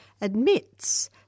admits